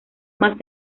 más